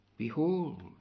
Behold